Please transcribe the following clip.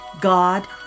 God